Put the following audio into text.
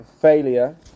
Failure